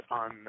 on